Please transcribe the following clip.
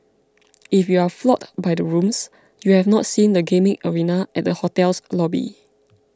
if you're floored by the rooms you have not seen the gaming arena at the hotel's lobby